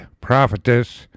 prophetess